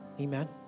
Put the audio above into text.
Amen